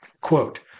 Quote